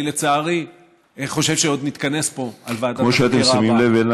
לצערי אני חושב שעוד נתכנס פה לוועדת החקירה הבאה.